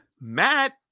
Matt